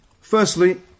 firstly